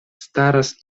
staras